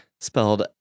spelled